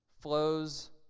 flows